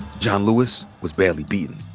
john lewis was badly beaten,